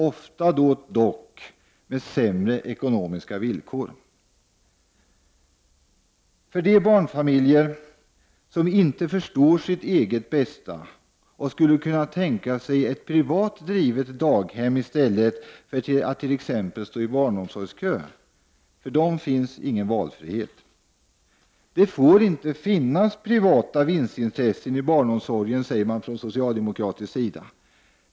Ofta dock med sämre ekonomiska villkor. För de barnfamiljer som inte förstår sitt eget bästa och skulle kunna tänka sig ett privat drivet daghem i stället för att t.ex. stå i barnomsorgskö finns ingen valfrihet. Det får inte finnas privata vinstintressen i barnomsorgen, säger man från socialdemokratisk sida.